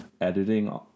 editing